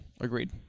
Agreed